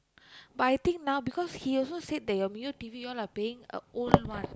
but I think now because he also said that your Mio T_V your all are paying uh old one